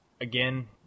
again